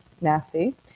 nasty